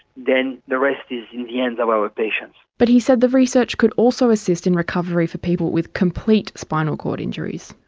then the rest is in the hands of our patients. but he said the research could also assist in recovery for people with complete spinal cord injuries.